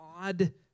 odd